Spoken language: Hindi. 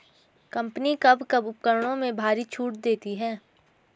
कंपनी कब कब उपकरणों में भारी छूट देती हैं?